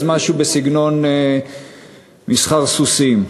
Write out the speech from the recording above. אז משהו בסגנון מסחר סוסים.